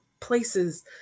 places